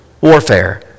warfare